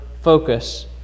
focus